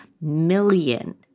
million